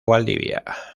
valdivia